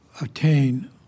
obtain